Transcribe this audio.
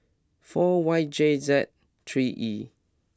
four Y J Z three E